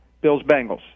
Bills-Bengals